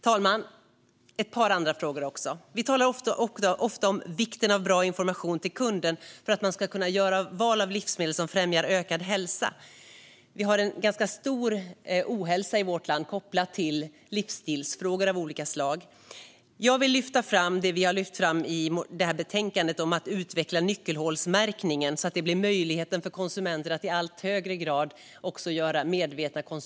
Herr talman! Vi talar ofta om vikten av bra information till kunden så att kunden kan välja livsmedel som främjar ökad hälsa. Sverige har tyvärr en ganska stor ohälsa kopplad till livsstil, och i betänkandet lyfter vi därför fram behovet av att utveckla nyckelhålsmärkningen så att konsumenten i allt högre grad kan göra medvetna val.